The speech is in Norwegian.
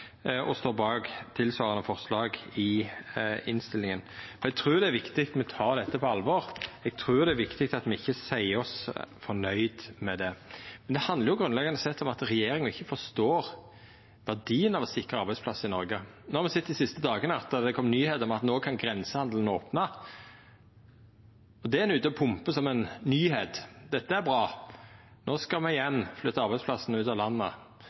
og står bak tilsvarande forslag i innstillinga. Eg trur det er viktig at me tek dette på alvor, og eg trur det er viktig at me ikkje seier oss fornøgd med dette, men det handlar grunnleggjande sett om at regjeringa ikkje forstår verdien av å sikra arbeidsplassar i Noreg. No har me dei siste dagane sett at det har kome nyheiter om at no kan grensehandelen opna. Det er ein ute og pumpar som ei nyheit, at dette er bra, at no skal me igjen flytta arbeidsplassane ut av landet,